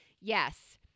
yes